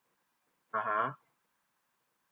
(uh huh)